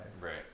Right